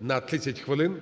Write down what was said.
на 30 хвилин.